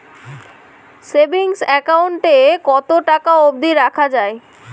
Savings account এ কতো টাকা অব্দি রাখা যায়?